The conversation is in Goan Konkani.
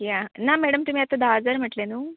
या ना मॅडम तुमी आतां धा हजार म्हटलें न्हू